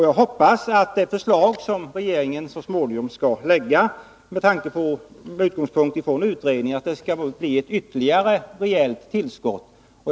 Jag hoppas att det förslag som regeringen så småningom skall lägga fram med utredningen som utgångspunkt skall bli ytterligare ett rejält tillskott.